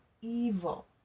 evil